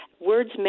Words